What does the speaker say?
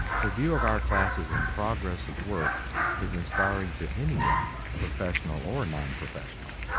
a view of our classes in progress of work is inspiring to anyone, professional or non-professional.